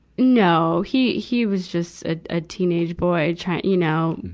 no. he he was just a, a teenage boy trying, you know,